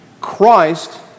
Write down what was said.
Christ